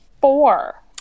four